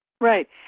Right